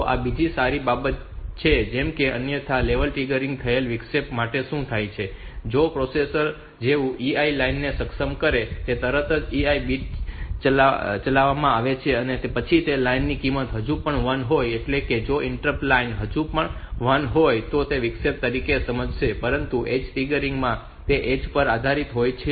તો આ બીજી સારી બાબત છે જેમ કે અન્યથા લેવલ ટ્રિગર થયેલ વિક્ષેપ માટે શું થાય છે કે જો પ્રોસેસર જેવું EI લાઇનને સક્ષમ કરે કે તરત જ EI બીટ ચલાવવામાં આવે છે અને પછી જો તે લાઇનની કિંમત હજુ પણ 1 હોય તો એટલે કે જો ઇન્ટરપ્ટ લાઇન હજુ પણ 1 હોય તો તે અન્ય વિક્ષેપ તરીકે સમજાશે પરંતુ ઍજ ટ્રિગરિંગમાં તે ઍજ પર આધારિત હોય છે